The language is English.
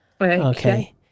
Okay